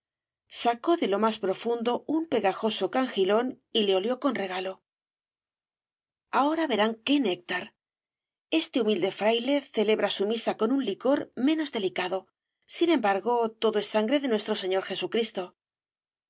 sacó de lo más hondo un pegajoso cangilón y le olió con regalo ahora verán qué néctar este humilde fraile celebra su misa con un licor menos delicado sin embargo todo es sangre de nuestro señor jesucristo